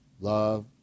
love